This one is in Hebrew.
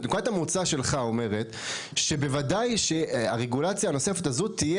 נקודת המוצא שלך אומרת שבוודאי שהרגולציה הנוספת הזו תהיה